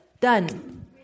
Done